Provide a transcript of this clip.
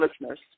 listeners